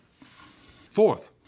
Fourth